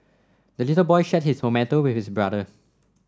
the little boy shared his tomato with his brother